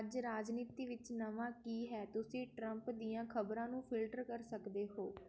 ਅੱਜ ਰਾਜਨੀਤੀ ਵਿੱਚ ਨਵਾਂ ਕੀ ਹੈ ਤੁਸੀਂ ਟਰੰਪ ਦੀਆਂ ਖ਼ਬਰਾਂ ਨੂੰ ਫਿਲਟਰ ਕਰ ਸਕਦੇ ਹੋ